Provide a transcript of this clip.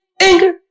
anger